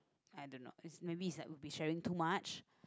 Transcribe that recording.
I don't know it's maybe it's like we've been sharing too much